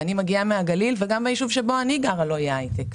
אני מגיעה מן הגליל וגם בישוב שבו אני גרה לא יהיה הייטק.